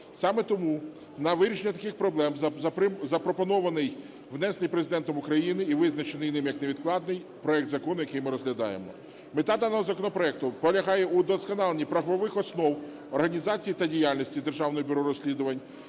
Саме тому на вирішення таких проблем запропонований внесений Президентом України і визначений ним як невідкладний проект закону, який ми розглядаємо. Мета даного законопроекту полягає в удосконаленні правових основ організації та діяльності Державного бюро розслідувань.